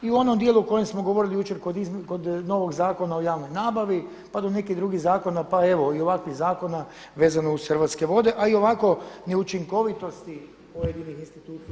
I u onom dijelu o kojem smo govorili jučer kod novog Zakona o javnoj nabavi pa do nekih drugih zakona pa evo i ovakvih zakona vezano uz Hrvatske vode, a i ovako neučinkovitosti pojedinih institucija u Hrvatskoj.